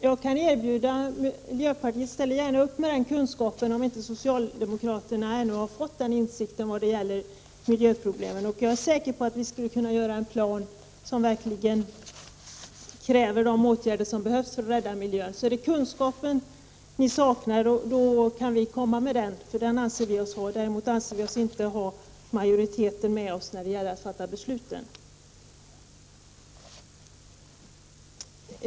Miljöpartiet ställer gärna upp med 30 november 1990 den kunskapen, om inte socialdemokraterna ännu har fått tillräckliga insik= ZIG ter om miljöproblemen. Jag är säker på att vi skulle kunna göra en plan som verkligen innehåller de åtgärder som behövs för att rädda miljön. Är det kunskapen ni saknar, då kan vi komma med den, för den anser vi oss ha. Däremot anser vi oss inte ha majoriteten med oss när det gäller att fatta beslut.